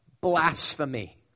blasphemy